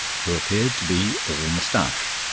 who appeared to be all moustache.